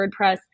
WordPress